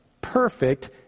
perfect